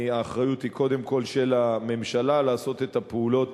האחריות היא קודם כול של הממשלה לעשות את הפעולות